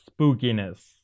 spookiness